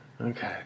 Okay